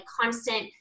constant